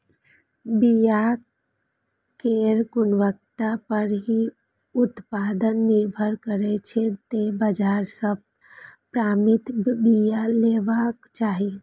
बिया केर गुणवत्ता पर ही उत्पादन निर्भर करै छै, तें बाजार सं प्रमाणित बिया लेबाक चाही